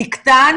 תקטן,